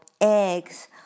eggs